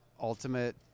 ultimate